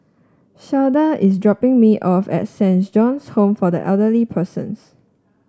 Shawnda is dropping me off at Saint John's Home for Elderly Persons